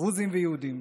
דרוזים ויהודים.